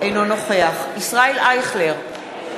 אינו נוכח ישראל אייכלר,